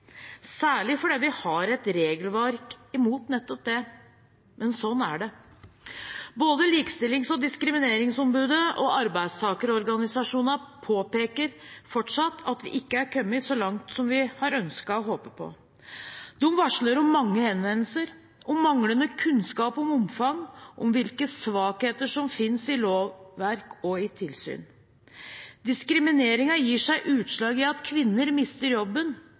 særlig fordi vi har et regelverk imot nettopp det. Men slik er det. Både Likestillings- og diskrimineringsombudet og arbeidstakerorganisasjonene påpeker fortsatt at vi ikke er kommet så langt som vi har ønsket og håpet på. De varsler om mange henvendelser, om manglende kunnskap om omfang og om hvilke svakheter som finnes i lovverk og tilsyn. Diskrimineringen gir seg utslag i at kvinner mister jobben,